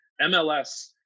MLS